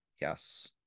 yes